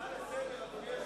הצעה לסדר, אדוני היושב-ראש.